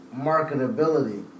marketability